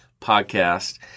podcast